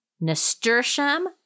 nasturtium